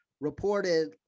reported